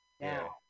Now